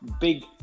big